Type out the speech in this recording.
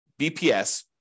BPS